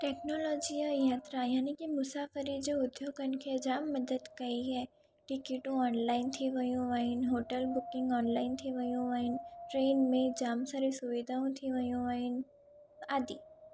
technology या यंत्र यानी की मुसाफ़िरी जो उद्योगनि खे जाम मदद कई आहे टिकीटूं ऑनलाइन थी वेयूं आहिनि होटल बुकिंग ऑनलाइन थी वेयूं आहिनि ट्रेन में जाम सारी सुविधाऊं थी वेयूं आहिनि आदि